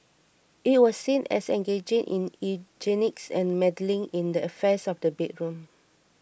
it was seen as engaging in eugenics and meddling in the affairs of the bedroom